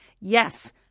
Yes